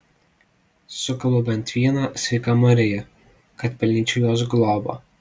sukalbu bent vieną sveika marija kad pelnyčiau jos globą